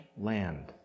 land